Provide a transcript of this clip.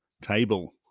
table